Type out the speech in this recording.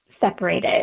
separated